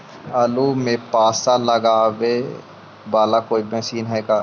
आलू मे पासा लगाबे बाला कोइ मशीन है का?